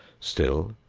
still,